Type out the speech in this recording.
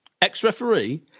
Ex-referee